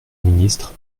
ministre